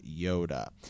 Yoda